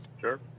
Sure